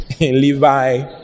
Levi